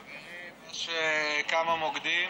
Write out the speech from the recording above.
חברים, כמה מוקדים.